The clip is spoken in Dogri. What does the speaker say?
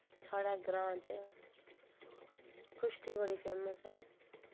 साढ़ै ग्रांऽ च कुश्ती बड़ी फेमस ऐ